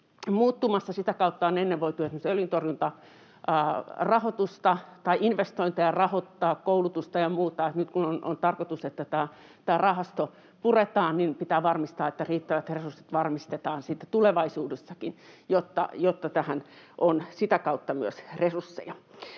muuttumassa. Sitä kautta on ennen voitu esimerkiksi rahoittaa öljyntorjuntainvestointeja, koulutusta ja muuta, ja nyt kun on tarkoitus, että tämä rahasto puretaan, niin pitää varmistaa, että riittävät resurssit varmistetaan sitten tulevaisuudessakin, jotta tähän on sitä kautta myös resursseja.